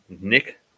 Nick